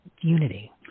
Unity